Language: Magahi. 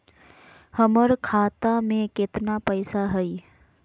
हमर खाता मे केतना पैसा हई?